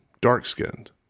dark-skinned